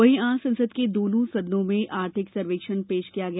वहीं आज संसद के दोनों सदनों में आर्थिक सर्वेक्षण पेश किया गया